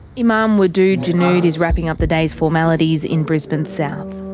imam wadood janud is wrapping up the day's formalities in brisbane's south,